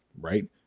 right